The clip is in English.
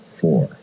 four